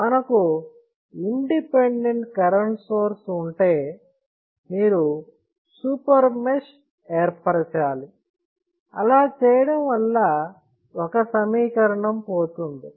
మనకు independent current source ఉంటే మీరు సూపర్ మెష్ ఏర్పరచాలి అలా చేయడం వల్ల ఒక సమీకరణం పోతుంది